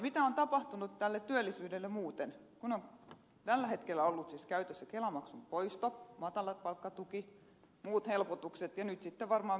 mitä on tapahtunut tälle työllisyydelle muuten kun tällä hetkellä ovat olleet siis käytössä kelamaksun poisto matalapalkkatuki muut helpotukset ja nyt sitten varmaan myöskin tämä yhteisöveroalennus